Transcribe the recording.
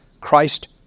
Christ